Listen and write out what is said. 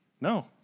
No